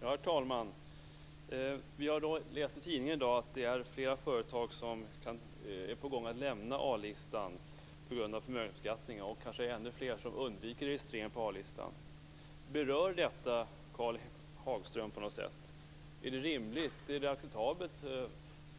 Herr talman! Vi har läst i tidningen i dag att flera företag är på väg att lämna A-listan på grund av förmögenhetsbeskattningen, och kanske ännu fler som undviker registrering på A-listan. Berör detta Karl Hagström? Är det rimligt